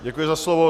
Děkuji za slovo.